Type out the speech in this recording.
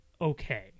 okay